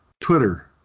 Twitter